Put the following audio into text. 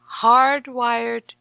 hardwired